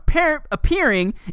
appearing